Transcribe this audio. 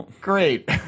great